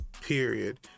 period